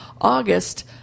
August